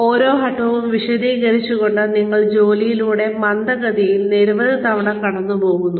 ഓരോ ഘട്ടവും വിശദീകരിച്ചുകൊണ്ട് നിങ്ങൾ ജോലിയിലൂടെ മന്ദഗതിയിൽ നിരവധി തവണ കടന്നുപോകുന്നു